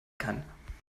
kann